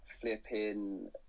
flipping